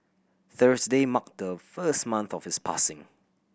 Thursday marked the first month of his passing